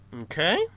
Okay